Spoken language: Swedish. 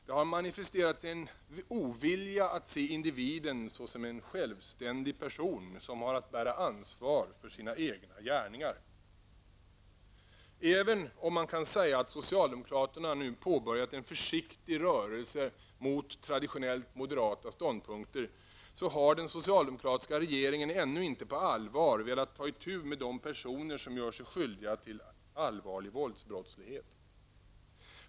Det har manifisterats en ovilja att se individen såsom en självständig person som har att ta ansvar för sina egna gärningar. Även om man kan säga att socialdemokraterna nu har påbörjat en försiktig rörelse mot traditionellt moderata ståndpunkter har den socialdemokratiska regeringen ännu inte på allvar velat ta itu med de personer som gör sig skyldiga till allvarlig våldsbrottslighet.